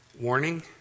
warning